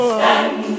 stand